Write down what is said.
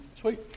Sweet